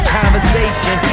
conversation